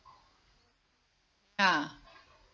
ya